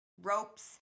ropes